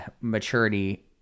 maturity